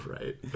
Right